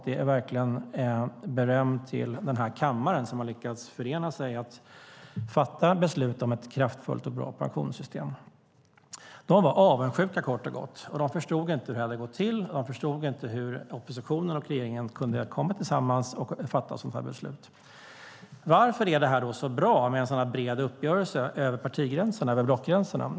Det är verkligen beröm till den här kammaren som lyckats förena sig till att fatta beslut om ett kraftfullt och bra pensionssystem. De var kort och gott avundsjuka. De förstod inte hur det hade gått till. De förstod inte hur oppositionen och regeringen kunde ha kommit tillsammans och fatta ett sådant beslut. Varför är det så bra med en bred uppgörelse över partigränserna och blockgränserna?